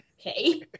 okay